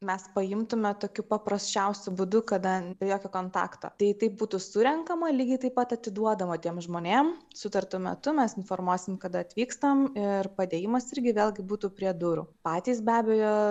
mes paimtume tokiu paprasčiausiu būdu kada be jokio kontakto tai taip būtų surenkama lygiai taip pat atiduodama tiems žmonėm sutartu metu mes informuosim kada atvykstam ir padėjimas irgi vėlgi būtų prie durų patys be abejo